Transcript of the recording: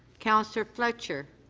councillor fletcher.